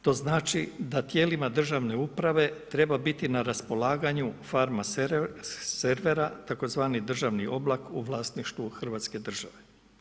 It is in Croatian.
To znači da tijelima državne uprave treba biti na raspolaganju Pharma servera, tzv. državni oblak u vlasništvu Hrvatske države.